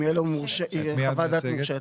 אם יהיה לו חוות דעת מורשה.